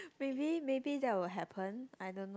really maybe that will happen I don't know